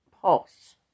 pulse